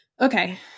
okay